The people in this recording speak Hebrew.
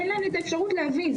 אין להם את האפשרות להבין,